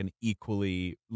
equally